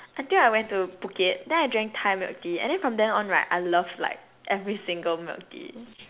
until I went to Phuket then I drank thai-milk-tea and then from then on right I love like every single milk tea